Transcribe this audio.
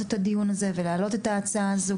את הדיון הזה ולהעלות את ההצעה הזאת,